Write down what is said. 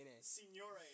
Signore